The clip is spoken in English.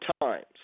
times